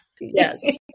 Yes